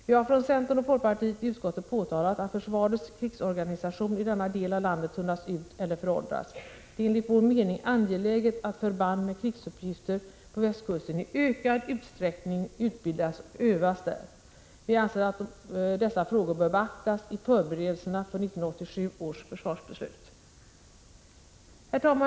Vi har från centern och folkpartiet i utskottet påtalat, att försvarets krigsorganisation i denna del av landet tunnats ut eller föråldrats. Det är enligt vår mening angeläget att förband med krigsuppgifter på västkusten i ökad utsträckning utbildas och övas där. Vi anser att dessa frågor bör beaktas i förberedelserna för 1987 års försvarsbeslut.